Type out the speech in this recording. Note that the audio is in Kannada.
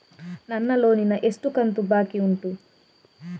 ನನ್ನ ಲೋನಿನ ಎಷ್ಟು ಕಂತು ಬಾಕಿ ಉಂಟು?